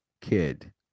kid